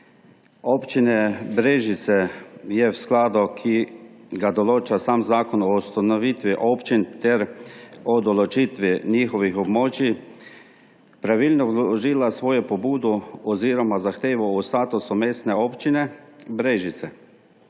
Občina Brežice je v skladu, ki ga določa sam Zakon o ustanovitvi občin ter o določitvi njihovih območij, pravilno vložila svojo pobudo oziroma zahtevo za status mestne občine Brežice.